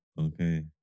okay